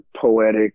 poetic